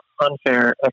unfair